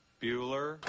Bueller